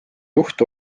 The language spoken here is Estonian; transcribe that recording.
juht